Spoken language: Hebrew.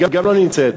גם היא לא נמצאת.